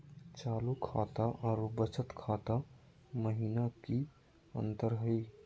चालू खाता अरू बचत खाता महिना की अंतर हई?